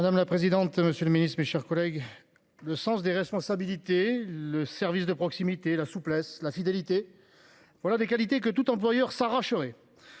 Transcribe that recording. Madame la présidente. Monsieur le Ministre, mes chers collègues, le sens des responsabilités. Le service de proximité, la souplesse la fidélité. Voilà des qualités que tout employeur ça renchérit.